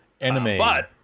Anime